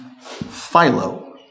Philo